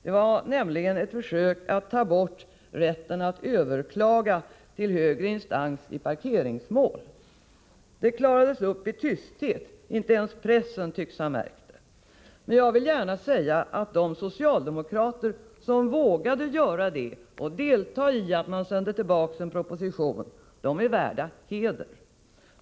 Det var ett försök att ta bort rätten att överklaga till högre instans i parkeringsmål. Det klarades uppi tysthet. Inte ens pressen tycks ha märkt något. De socialdemokrater som vågade delta i beslutet att sända tillbaka en proposition är värda heder.